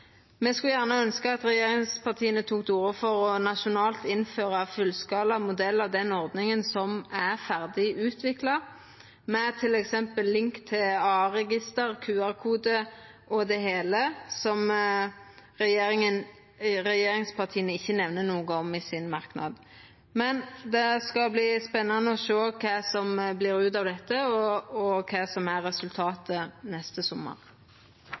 Me skulle gjerne ønskt at regjeringspartia tok til orde for å innføra nasjonalt ein fullskala modell av den ordninga som er ferdig utvikla, med t.d. link til Aa-registeret, QR-kode og det heile, som regjeringspartia ikkje nemner noko om i merknaden sin. Det skal verta spennande å sjå kva som kjem ut av dette, og kva som er resultatet neste sommar.